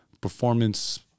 performance